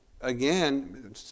again